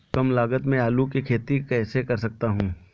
कम लागत में आलू की खेती कैसे कर सकता हूँ?